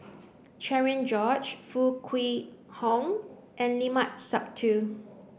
Cherian George Foo Kwee Horng and Limat Sabtu